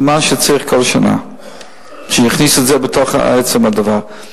סימן שצריך כל שנה, שהכניסו את זה בתוך עצם הדבר.